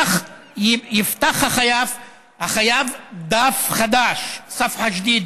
כך יפתח החייב דף חדש, (אומר בערבית: דף חדש,)